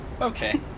Okay